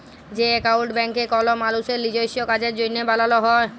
যে একাউল্ট ব্যাংকে কল মালুসের লিজস্য কাজের জ্যনহে বালাল হ্যয়